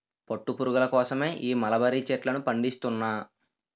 పట్టు పురుగుల కోసమే ఈ మలబరీ చెట్లను పండిస్తున్నా